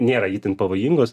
nėra itin pavojingos